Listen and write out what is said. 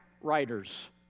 writers